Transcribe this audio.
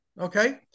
okay